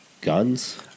guns